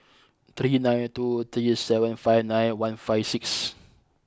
three nine two three seven five nine one five six